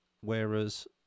whereas